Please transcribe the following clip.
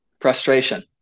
frustration